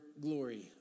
glory